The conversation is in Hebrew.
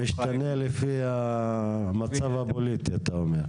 זה משתנה לפי המצב הפוליטי אתה אומר.